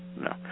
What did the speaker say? No